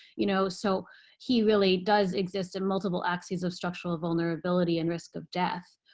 you know so he really does exist in multiple axes of structural vulnerability and risk of death.